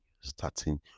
starting